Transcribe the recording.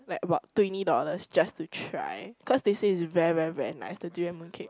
like about twenty dollars just to try cause they say it is very very very nice the durian mooncake